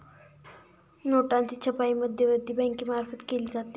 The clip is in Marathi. नोटांची छपाई मध्यवर्ती बँकेमार्फत केली जाते